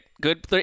good